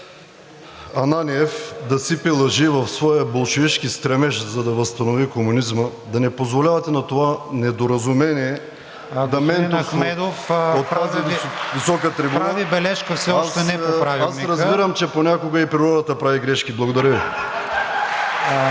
Аз разбирам, че понякога и природата прави грешки. Благодаря Ви.